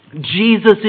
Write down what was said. Jesus